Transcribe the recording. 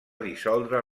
dissoldre